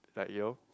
like you know